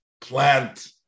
plant